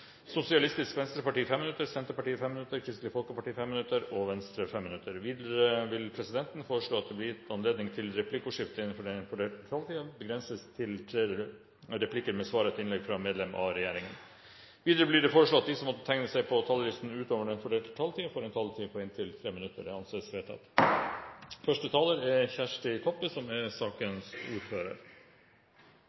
Sosialistisk Venstreparti 5 minutter, Senterpartiet 5 minutter, Kristelig Folkeparti 5 minutter og Venstre 5 minutter. Videre vil presidenten foreslå at det blir gitt anledning til replikkordskifte begrenset til tre replikker med svar etter innlegg fra medlem av regjeringen innenfor den fordelte taletid. Videre blir det foreslått at de som måtte tegne seg på talerlisten utover den fordelte taletid, får en taletid på inntil 3 minutter. – Det anses vedtatt. Første taler er Kjersti Toppe, som er